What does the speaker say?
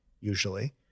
usually